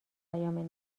پیام